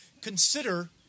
consider